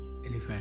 elephant